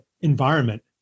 environment